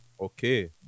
Okay